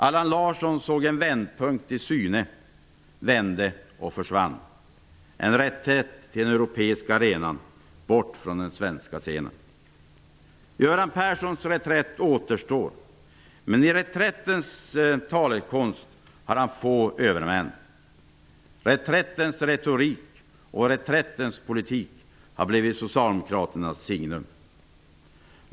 Allan Larsson såg en vändpunkt i syne, vände och försvann -- en reträtt till den europeiska arenan, bort från den svenska scenen. Göran Perssons reträtt återstår, men i reträttens talekonst har han få övermän. Reträttens retorik och reträttens politik har blivit socialdemokraternas signum.